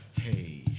hey